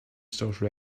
source